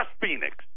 phoenix